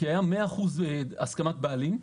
כי היה מאה אחוז הסכמת בעלים,